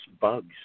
bugs